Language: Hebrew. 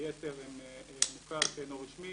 היתר הם מוכר שאינו רשמי,